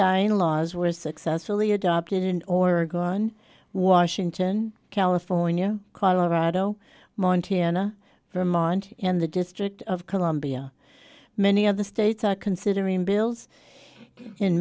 dying laws were successfully adopted in oregon washington california colorado montana vermont and the district of columbia many of the states are considering bills in